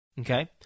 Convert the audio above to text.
okay